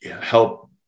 help